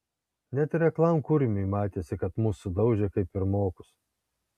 net ir aklam kurmiui matėsi kad mus sudaužė kaip pirmokus